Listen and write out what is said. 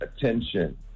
attention